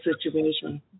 situation